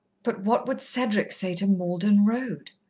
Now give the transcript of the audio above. but what would cedric say to malden road?